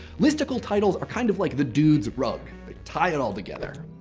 listicle titles are kind of like the dude's rug. they tie it all together.